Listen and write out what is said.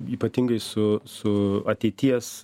ypatingai su su ateities